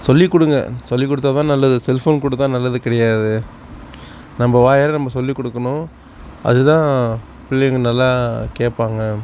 சொல்லிக் கொடுங்க சொல்லிக் கொடுத்தா தான் நல்லது செல்ஃபோன் கொடுத்தா நல்லது கிடையாது நம்ம வாயால் நம்ம சொல்லி கொடுக்கணும் அது தான் பிள்ளைங்க நல்லா கேட்பாங்க